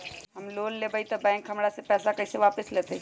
हम लोन लेलेबाई तब बैंक हमरा से पैसा कइसे वापिस लेतई?